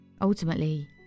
Ultimately